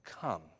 come